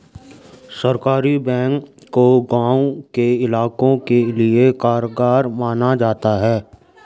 सहकारी बैंकों को गांव के इलाकों के लिये कारगर माना जाता है